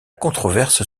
controverse